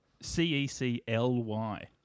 C-E-C-L-Y